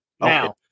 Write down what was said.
Now